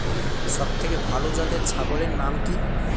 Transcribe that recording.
সবথেকে ভালো জাতের ছাগলের নাম কি?